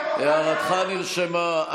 הערתך נרשמה.